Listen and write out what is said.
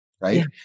right